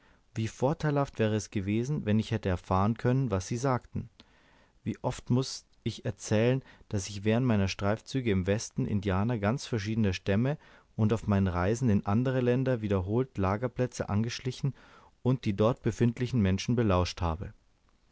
wie vorteilhaft wäre es gewesen wenn ich hätte erfahren können was sie sagten wie oft muß ich erzählen daß ich während meiner streifzüge im westen indianer ganz verschiedener stämme und auf meinen reisen in anderen ländern wiederholt lagerplätze angeschlichen und die dort befindlichen menschen belauscht habe